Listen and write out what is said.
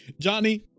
Johnny